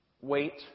wait